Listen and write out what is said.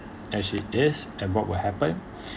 actually is and what will happen